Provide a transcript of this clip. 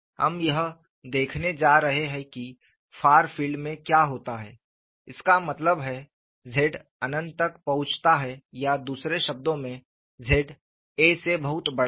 हम यह देखने जा रहे हैं कि फार फील्ड में क्या होता है इसका मतलब है z अनंत तक पहुंचता है या दूसरे शब्दों में z a से बहुत बड़ा है